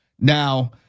now